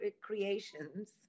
creations